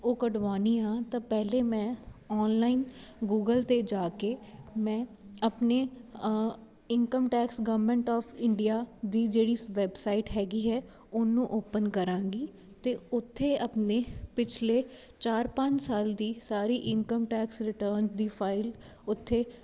ਉਹ ਕਢਵਾਉਨੀ ਆਂ ਤਾਂ ਪਹਿਲੇ ਮੈਂ ਔਨਲਾਈਨ ਗੂਗਲ ਤੇ ਜਾ ਕੇ ਮੈਂ ਆਪਣੇ income tax government of India ਦੀ ਜਿਹੜੀ ਵੈਬਸਾਈਟ ਹੈਗੀ ਹੈ ਉਹਨੂੰ ਓਪਨ ਕਰਾਂਗੀ ਤੇ ਉੱਥੇ ਆਪਣੇ ਪਿਛਲੇ ਚਾਰ ਪੰਜ ਸਾਲ ਦੀ ਸਾਰੀ ਇਨਕਮ ਟੈਕਸ ਰਿਟਰਨ ਦੀ ਫਾਈਲ ਓਥੇ